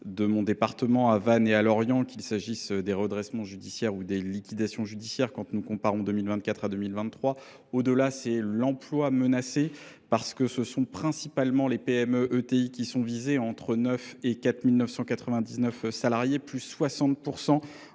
de mon département à Vannes et à Lorient qu'il s'agisse des redressements judiciaires ou des liquidations judiciaires quand nous comparons 2024 à 2023. Au-delà, c'est l'emploi menacé parce que ce sont principalement les PMEETI qui sont visés entre 9 et 4 999 salariés, plus 60%